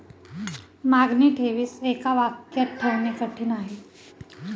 मागणी ठेवीस एका वाक्यात ठेवणे कठीण आहे